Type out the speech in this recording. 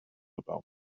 about